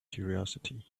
curiosity